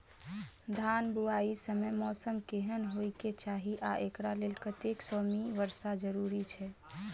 धान बुआई समय मौसम केहन होइ केँ चाहि आ एकरा लेल कतेक सँ मी वर्षा जरूरी छै?